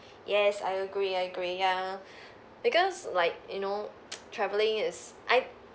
yes I agree I agree yeah because like you know travelling is I